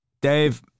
Dave